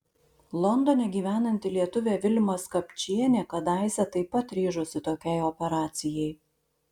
londone gyvenanti lietuvė vilma skapčienė kadaise taip pat ryžosi tokiai operacijai